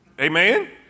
Amen